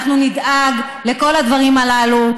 אנחנו נדאג לכל הדברים הללו.